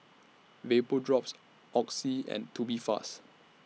Vapodrops Oxy and Tubifast